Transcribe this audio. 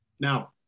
Now